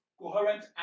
coherent